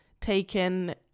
taken